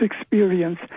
experience